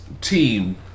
team